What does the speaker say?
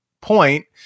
point